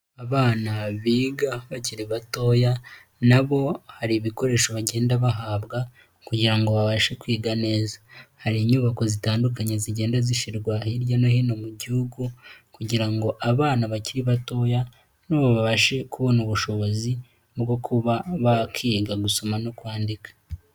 Abana biga bakiri batoya nabo hari ibikoresho bagenda bahabwa kugira ngo babashe kwiga neza, hari inyubako zitandukanye zigenda zishyirwa hirya no hino mu gihugu kugira ngo abana bakiri batoya nabo babashe kubona ubushobozi bwo kuba bakiga gusoma no kwandika.